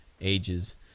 ages